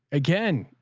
again.